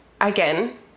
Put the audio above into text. again